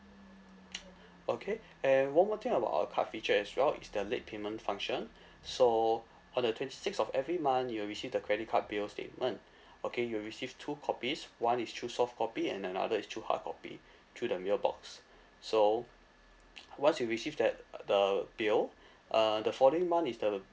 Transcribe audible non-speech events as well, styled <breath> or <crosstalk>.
<noise> okay <breath> and one more thing about our card feature as well is the late payment function <breath> so on the twenty six of every month you will receive the credit card bill statement <breath> okay you will receive two copies one is through soft copy and another is through hard copy through the mail box so <noise> once you receive that uh the bill uh the following month is the